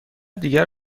دیگر